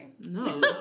No